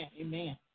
Amen